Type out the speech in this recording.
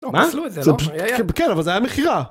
‫מה? כן, אבל זה היה מכירה.